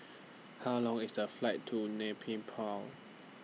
How Long IS The Flight to Nay Pyi Paw